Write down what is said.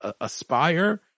aspire